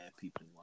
people